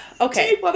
Okay